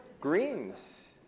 Greens